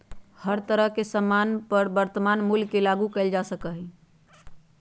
हर तरह के सामान पर वर्तमान मूल्य के लागू कइल जा सका हई